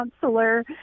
counselor